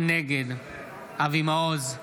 נגד אבי מעוז,